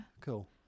Cool